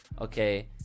okay